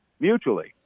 mutually